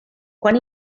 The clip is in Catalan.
quan